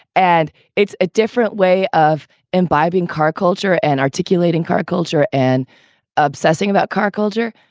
and it's a different way of imbibing car culture and articulating car culture and obsessing about car culture.